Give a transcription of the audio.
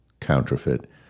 counterfeit